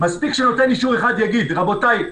מספיק שנותן אישור אחד יגיד: רבותיי,